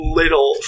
little